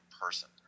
person